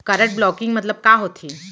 Card blocking मतलब का होथे?